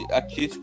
aqui